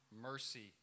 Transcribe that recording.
mercy